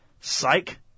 Psych